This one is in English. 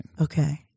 Okay